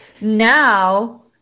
now